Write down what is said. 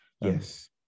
yes